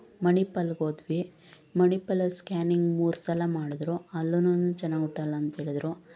ಮಣಿಪಾಲಿಗೆ ಹೋದ್ವಿ ಮಣಿಪಾಲಲ್ಲಿ ಸ್ಕ್ಯಾನ್ನಿಂಗ್ ಮೂರು ಸಲ ಮಾಡಿದ್ರು ಅಲ್ಲೂನೂ ಚೆನ್ನಾಗಿ ಹುಟ್ಟೋಲ್ಲ ಅಂತ ಹೇಳಿದ್ರು